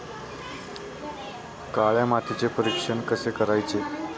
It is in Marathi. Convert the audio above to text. काळ्या मातीचे परीक्षण कसे करायचे?